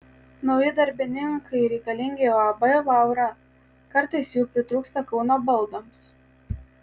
nauji darbininkai reikalingi uab vaura kartais jų pritrūksta kauno baldams